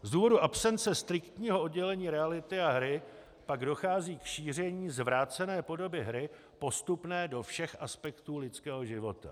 Z důvodu absence striktního oddělení reality a hry pak dochází k šíření zvrácené podoby hry postupně do všech aspektů lidského života.